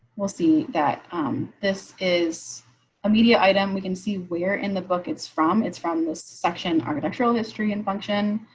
we'll see that um this is a media item, we can see we're in the book. it's from it's from this section architectural history and function.